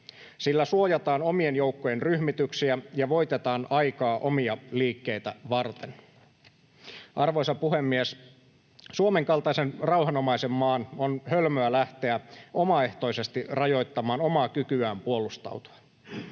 Sillä suojataan omien joukkojen ryhmityksiä ja voitetaan aikaa omia liikkeitä varten. Arvoisa puhemies! Suomen kaltaisen rauhanomaisen maan on hölmöä lähteä omaehtoisesti rajoittamaan omaa kykyään puolustautua.